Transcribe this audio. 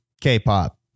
k-pop